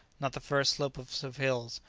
not the first slopes of hills,